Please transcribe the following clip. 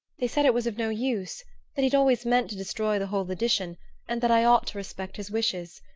they said it was of no use that he'd always meant to destroy the whole edition and that i ought to respect his wishes.